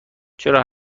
چرا